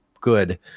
good